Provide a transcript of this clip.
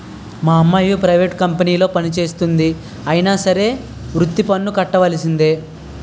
మా అమ్మాయి ప్రైవేట్ కంపెనీలో పనిచేస్తంది అయినా సరే వృత్తి పన్ను కట్టవలిసిందే